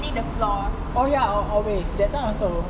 oh ya al~ always that time also